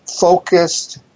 focused